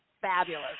fabulous